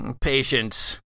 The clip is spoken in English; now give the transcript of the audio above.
Patience